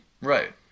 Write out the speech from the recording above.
Right